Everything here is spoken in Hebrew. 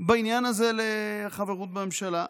בעניין הזה לחברות בממשלה.